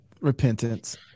repentance